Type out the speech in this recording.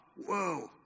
whoa